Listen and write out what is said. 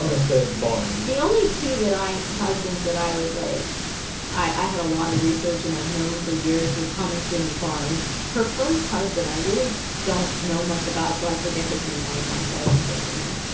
so barn the only two that i husband's that i was like i i had a lot of research and i've known for years was humiston and barns her first husband i really don't know much about so i forget his name all the time so i didn't put it in there